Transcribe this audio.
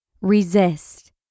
Resist